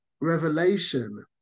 revelation